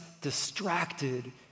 distracted